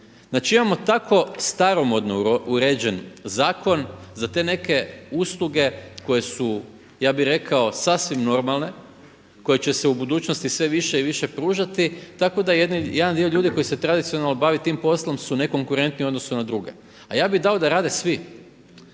Znači imamo tako staromodno uređen zakon za te neke usluge koje su ja bih rekao sasvim normalne, koje će se u budućnosti sve više i više pružati, tako da jedan dio ljudi koji se tradicionalno bavi tim poslom su nekonkurentni u odnosu na druge. A ja bih dao da rade svi.